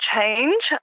change